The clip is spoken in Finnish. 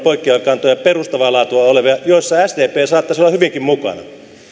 poikkeavia kantoja perustavaa laatua olevia joissa sdp saattaisi olla hyvinkin mukana